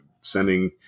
sending